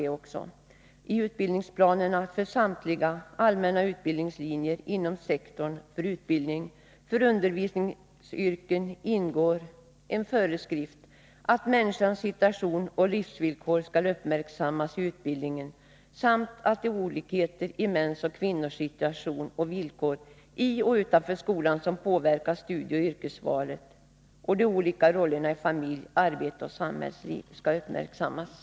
Tutbildningsplanerna för samtliga allmänna utbildningslinjer inom sektorn för utbildning för undervisningsyrken ingår en föreskrift, nämligen att människans situation och livsvillkor skall uppmärksammas i utbildningen samt att de olikheter i mäns och kvinnors situation och villkor i och utanför skolan som påverkar studieoch yrkesvalet och de olika rollerna i familj, arbete och samhällsliv särskilt skall uppmärksammas.